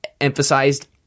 emphasized